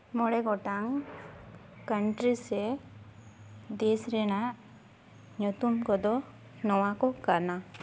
ᱢᱚᱬᱮ ᱜᱚᱴᱟᱝ ᱠᱟᱱᱴᱨᱤ ᱥᱮ ᱫᱮᱥ ᱨᱮᱱᱟᱜ ᱧᱩᱛᱩᱢ ᱠᱚᱫᱚ ᱱᱚᱣᱟ ᱠᱚ ᱠᱟᱱᱟ